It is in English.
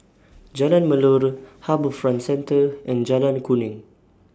Jalan Melor HarbourFront Centre and Jalan Kuning